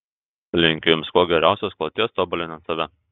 linkiu jums kuo geriausios kloties tobulinant save